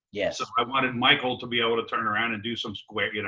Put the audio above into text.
yeah so i wanted michael to be able to turn around and do some squares, you know